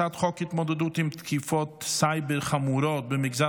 הצעת חוק התמודדות עם תקיפות סייבר חמורות במגזר